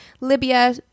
Libya